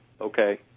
Okay